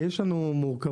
כי יש לנו מורכבות.